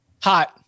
Hot